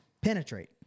penetrate